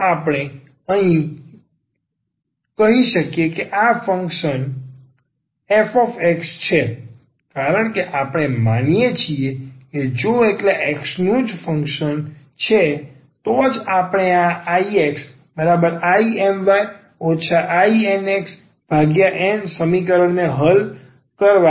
તો આપણે કહી શકીએ કે આ ફંક્શન f છે કારણ કે આપણે માનીએ છીએ કે જો આ એકલા x નું ફંક્શન છે તો જ આપણે આ IxIMy INxN સમીકરણને હલ કરવા આગળ વધી શકીશું